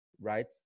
right